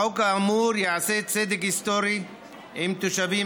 החוק האמור יעשה צדק היסטורי עם תושבים